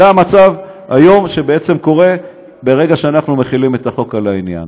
זה המצב שבעצם קורה ברגע שאנחנו מחילים את החוק על העניין.